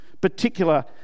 particular